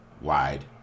wide